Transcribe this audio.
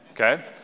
okay